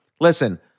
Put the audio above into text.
listen